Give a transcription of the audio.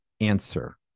answer